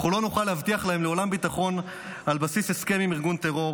לעולם לא נוכל להבטיח להם ביטחון על בסיס הסכם עם ארגון טרור.